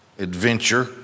Adventure